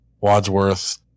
wadsworth